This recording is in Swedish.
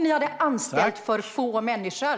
Ni hade anställt för få människor.